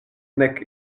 nek